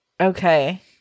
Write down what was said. Okay